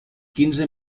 quinze